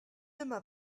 dyma